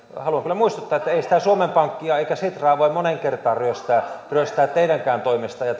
haluan kyllä muistuttaa että ei sitä suomen pankkia eikä sitraa voi moneen kertaan ryöstää ryöstää teidänkään toimestanne ja